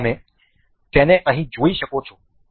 તમે તેને અહીં જોઈ શકો છો